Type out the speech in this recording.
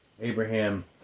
Abraham